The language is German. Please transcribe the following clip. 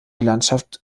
landschaft